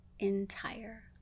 Entire